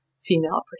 female